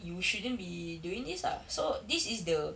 you shouldn't be doing this ah so this is the